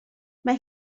mae